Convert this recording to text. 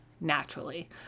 naturally